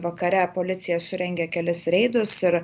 vakare policija surengė kelis reidus ir